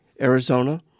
Arizona